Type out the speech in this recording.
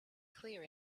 clear